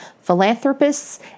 philanthropists